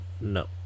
no